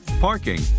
parking